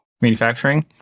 manufacturing